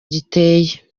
giteye